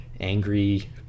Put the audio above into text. angry